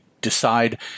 decide